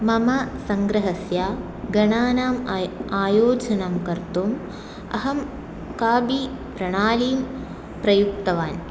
मम सङ्ग्रहस्य गणानाम् आय् आयोजनं कर्तुम् अहं काबि प्रणालीं प्रयुक्तवान्